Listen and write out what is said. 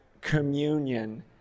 communion